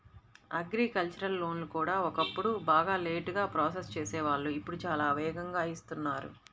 agricultural లోన్లు కూడా ఒకప్పుడు బాగా లేటుగా ప్రాసెస్ చేసేవాళ్ళు ఇప్పుడు చాలా వేగంగా ఇస్తున్నారు